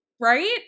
right